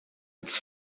its